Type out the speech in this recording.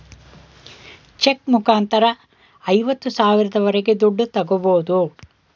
check ಮುಖಾಂತರ ಐವತ್ತು ಸಾವಿರದವರೆಗೆ ದುಡ್ಡು ತಾಗೋಬೋದು